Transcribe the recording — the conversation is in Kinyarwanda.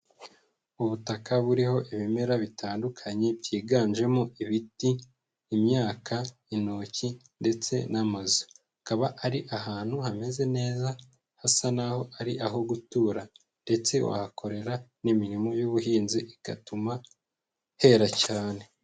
Ubutaka buriho ibimera bitandukanye byiganjemo ibiti, imyaka, intoki ndetse n'amazu. Akaba ari ahantu hameze neza hasa n'aho ari aho gutura ndetse wahakorera n'imirimo y'ubuhinzi igatuma hera cyane.